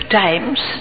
times